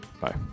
bye